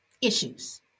issues